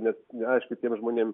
nes na aišku tiem žmonėm